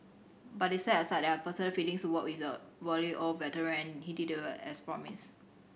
but they set aside their personal feelings to work with the wily old veteran and he delivered as promised